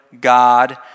God